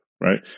right